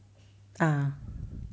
ah